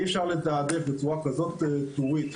אי אפשר לתעדף בצורה כזאת טורית,